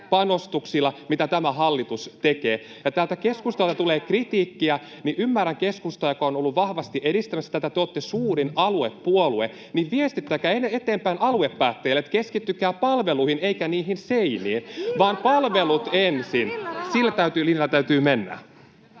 panostuksilla, mitä tämä hallitus tekee. Kun täältä keskustalta tulee kritiikkiä, niin ymmärrän keskustaa, joka on ollut vahvasti edistämässä tätä. Te olette suurin aluepuolue, joten viestittäkää eteenpäin aluepäättäjille, että keskittykää palveluihin eikä seiniin. [Välihuutoja keskustan ryhmästä] Palvelut ensin — sillä linjalla täytyy mennä.